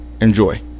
enjoy